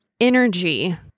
energy